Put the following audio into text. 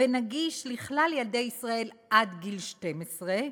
ונגיש לכלל ילדי ישראל עד גיל 12,